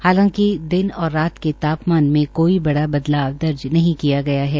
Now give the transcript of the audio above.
हालांकि दिन और रात के तापमान में कोई बड़ा बदलाव दर्ज नहीं किया गया है